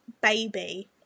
baby